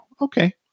Okay